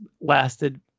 Lasted